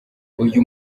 uyu